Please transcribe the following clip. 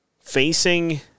facing